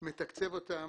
מתקצב אותם